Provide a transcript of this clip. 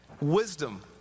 Wisdom